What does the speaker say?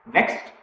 Next